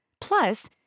Plus